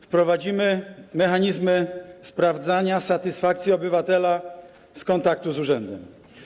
Wprowadzimy mechanizmy sprawdzania satysfakcji obywatela z kontaktu z urzędem.